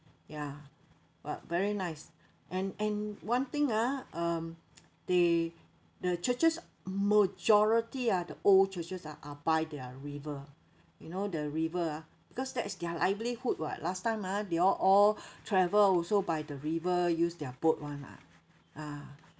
ya but very nice and and one thing ah um they the churches majority ah the old churches ah are by their river you know the river ah because that's their livelihood [what] last time ah they all all travel also by the river use their boat [one] mah ah